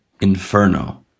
inferno